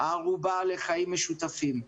הערובה לחיים משותפים.